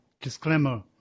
disclaimer